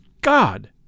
God